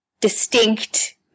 distinct